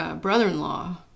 brother-in-law